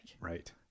Right